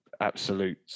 Absolute